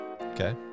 Okay